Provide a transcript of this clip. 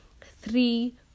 three